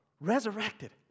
resurrected